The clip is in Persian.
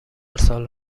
سال